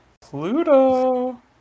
Pluto